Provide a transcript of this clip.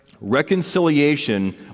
reconciliation